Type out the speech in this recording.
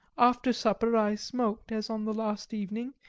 after supper i smoked, as on the last evening,